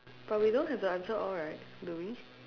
but we don't have to answer all right do we